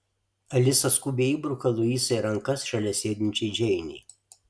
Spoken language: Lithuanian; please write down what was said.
alisa skubiai įbruka luisą į rankas šalia sėdinčiai džeinei